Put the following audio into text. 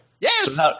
Yes